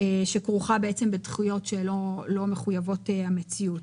שכרוכה בדחיות שלא מחויבות המציאות.